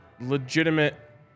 legitimate